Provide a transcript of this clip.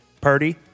Purdy